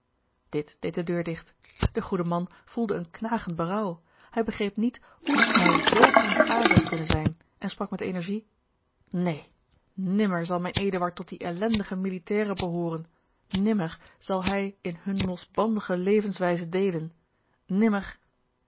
dit deed de deur digt de goede man voelde een knagend berouw hij begreep niet hoe hij zoo ontaard had kunnen zijn en sprak met energie neen nimmer zal mijn eduard tot die ellendige militairen behooren nimmer zal hij in hunne losbandige levenswijze deelen nimmer